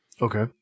Okay